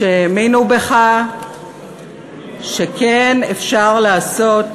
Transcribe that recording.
שהאמינו בך שכן, אפשר לעשות